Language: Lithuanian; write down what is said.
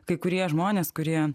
kai kurie žmonės kurie